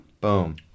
Boom